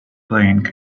playing